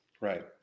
Right